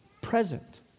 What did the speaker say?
present